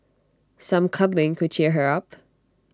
some cuddling could cheer her up